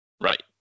right